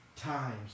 times